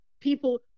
People